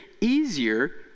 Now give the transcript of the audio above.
easier